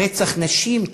רצח נשים,